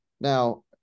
Now